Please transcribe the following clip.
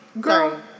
Girl